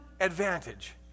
advantage